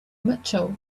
mitchell